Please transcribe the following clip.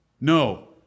No